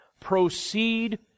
proceed